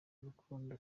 urukundo